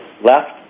left